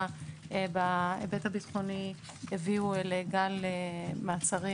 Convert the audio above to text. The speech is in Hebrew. בהיבט הביטחוני הביאו לגל מעצרים.